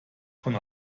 von